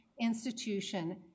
institution